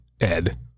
ed